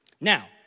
Now